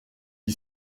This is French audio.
qui